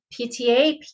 PTA